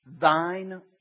thine